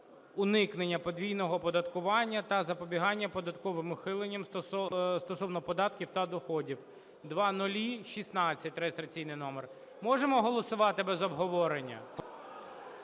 уникнення подвійного оподаткування та запобігання податковим ухиленням стосовно податків на доходи (реєстраційний номер 0016). Можемо голосувати без обговорення?